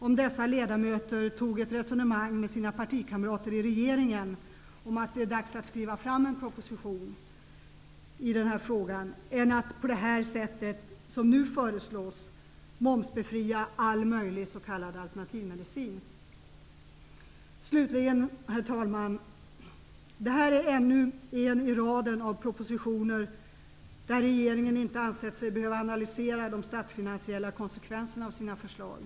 Om dessa ledamöter hade ett resonemang med sina partikamrater i regeringen om att det är dags att skriva fram en proposition i den här frågan vore det bättre än att, på det sätt som nu föreslås, momsbefria all möjlig s.k. alternativmedicin. Slutligen, herr talman! Den här propositionen är ännu en i raden av propositioner där regeringen inte har ansett sig behöva analysera de statsfinansiella konsekvenserna av sina förslag.